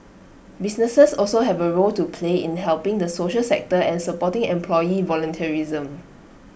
businesses also have A role to play in helping the social sector and supporting employee volunteerism